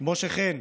משה חן.